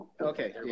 Okay